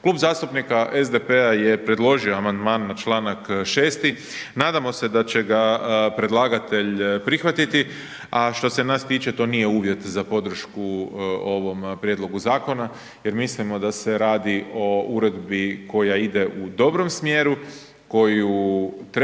Kluba zastupnika SDP-a je predložio amandman na čl. 6., nadamo se da će ga predlagatelj prihvatiti, a što se nas tiče, to nije uvjet za podršku ovom prijedlogu zakona jer mislimo da se radi o uredbi koja ide u dobrom smjeru, koju treba